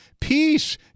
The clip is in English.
peace